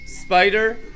spider